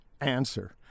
answer